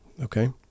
Okay